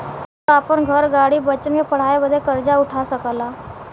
तू आपन घर, गाड़ी, बच्चन के पढ़ाई बदे कर्जा उठा सकला